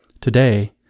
Today